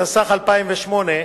התשס"ח 2008,